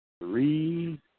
Three